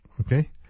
Okay